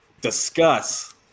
discuss